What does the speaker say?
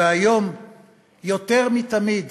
והיום יותר מתמיד